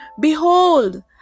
Behold